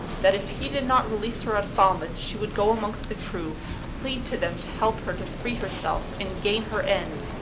that if he did not release her at falmouth, she would go amongst the crew plead to them to help her to free herself, and gain her end,